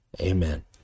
Amen